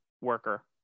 worker